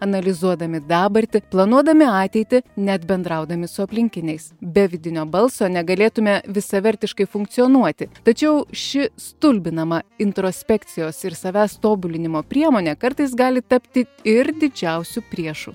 analizuodami dabartį planuodami ateitį net bendraudami su aplinkiniais be vidinio balso negalėtume visavertiškai funkcionuoti tačiau ši stulbinama introspekcijos ir savęs tobulinimo priemonė kartais gali tapti ir didžiausiu priešu